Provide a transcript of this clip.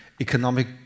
economic